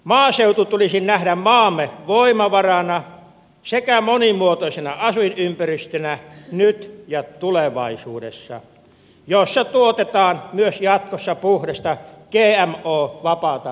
maaseutu tulisi nähdä nyt ja tulevaisuudessa maamme voimavarana sekä monimuotoisena asuinympäristönä jossa tuotetaan myös jatkossa puhdasta gmo vapaata lähiruokaa